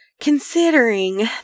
considering